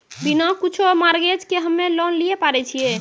बिना कुछो मॉर्गेज के हम्मय लोन लिये पारे छियै?